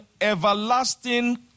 everlasting